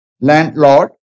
landlord